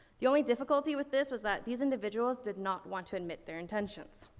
the only difficulty with this, was that these individuals did not want to admit their intentions.